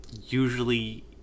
usually